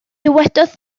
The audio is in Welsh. dywedodd